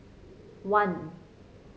one